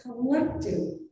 collective